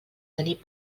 tenir